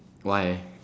why